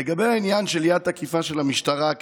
לגבי העניין של יד תקיפה של המשטרה,